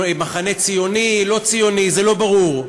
מחנה ציוני, לא ציוני, זה לא ברור.